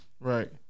Right